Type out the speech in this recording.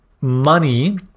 money